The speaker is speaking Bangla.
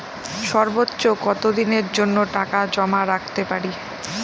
সর্বোচ্চ কত দিনের জন্য টাকা জমা রাখতে পারি?